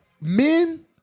men